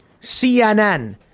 CNN